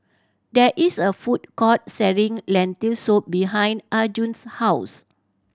there is a food court selling Lentil Soup behind Arjun's house